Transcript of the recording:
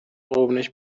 قربونش